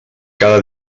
cada